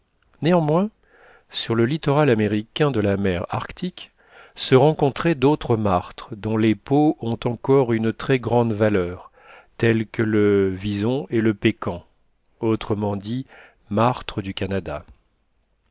néanmoins sur le littoral américain de la mer arctique se rencontraient d'autres martres dont les peaux ont encore une très grande valeur telles que le wison et le pékan autrement dits martres du canada